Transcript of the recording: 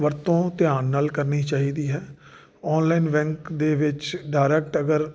ਵਰਤੋਂ ਧਿਆਨ ਨਾਲ ਕਰਨੀ ਚਾਹੀਦੀ ਹੈ ਓਨਲਾਈਨ ਬੈਂਕ ਦੇ ਵਿੱਚ ਡਾਇਰੈਕਟ ਅਗਰ